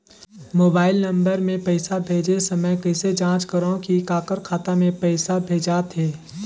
Mobile number मे पइसा भेजे समय कइसे जांच करव की काकर खाता मे पइसा भेजात हे?